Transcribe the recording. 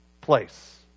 place